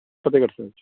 ਫਤਿਹਗੜ੍ਹ ਸਾਹਿਬ 'ਚ